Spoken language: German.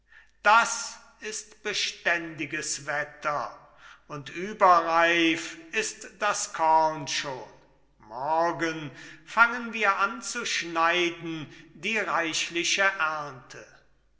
das ist beständiges wetter und überreif ist das korn schon morgen fangen wir an zu schneiden die reichliche ernte